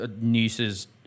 niece's